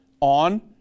on